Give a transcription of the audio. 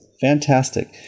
fantastic